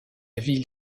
ville